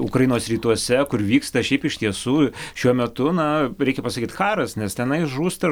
ukrainos rytuose kur vyksta šiaip iš tiesų šiuo metu na reikia pasakyt karas nes tenai žūsta